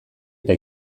eta